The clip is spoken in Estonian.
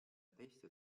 teiste